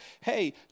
Hey